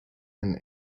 and